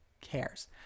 cares